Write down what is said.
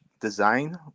design